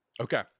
Okay